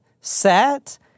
Sat